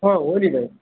अँ हो नि भाइ